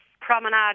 promenade